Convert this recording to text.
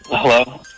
Hello